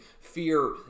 fear